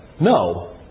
no